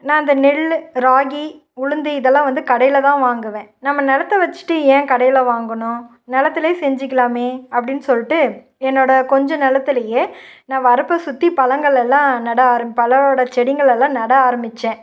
நான் அந்த நெல் ராகி உளுந்து இதெல்லாம் வந்து கடையில் தான் வாங்குவேன் நம்ம நிலத்த வச்சிட்டு ஏன் கடையில் வாங்கணும் நிலத்துலே செஞ்சிக்கலாமே அப்படின் சொல்லிட்டு என்னோடய கொஞ்சம் நிலத்துலயே நான் வரப்பை சுற்றி பழங்களெல்லாம் நட ஆரம் பழவோட செடிங்களெல்லாம் நட ஆரம்மிச்சேன்